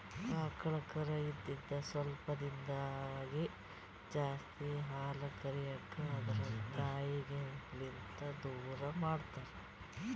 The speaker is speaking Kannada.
ಆಕಳ್ ಕರಾ ಇದ್ದಿದ್ ಸ್ವಲ್ಪ್ ದಿಂದಾಗೇ ಜಾಸ್ತಿ ಹಾಲ್ ಕರ್ಯಕ್ ಆದ್ರ ತಾಯಿಲಿಂತ್ ದೂರ್ ಮಾಡ್ತಾರ್